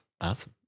awesome